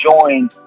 join